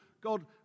God